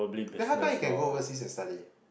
then how come he can go overseas and study